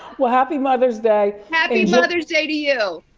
well, happy mother's day. happy mother's day to you!